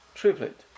triplet